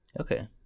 Okay